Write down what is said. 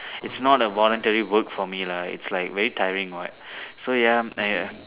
it's not a voluntary work for me lah it's like very tiring what so ya I err